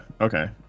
Okay